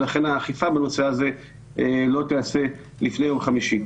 ולכן האכיפה בנושא הזה לא תיעשה לפני יום חמישי.